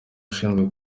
ushinzwe